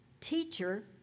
Teacher